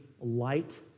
light